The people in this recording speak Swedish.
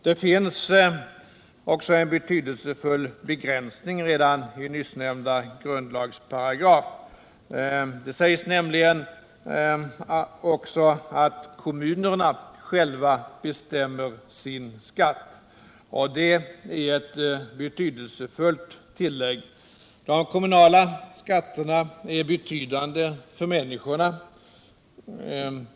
Det ligger en betydelsefull begränsning redan i nyssnämnda grundlagsparagraf. Det sägs nämligen också att kommunerna själva bestämmer sin skatt, och det är ett betydelsefullt tillägg. De kommunala skatterna är betydande för människorna.